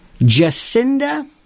Jacinda